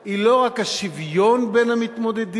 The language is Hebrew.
היא לא רק השוויון בין המתמודדים,